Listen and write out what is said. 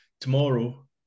tomorrow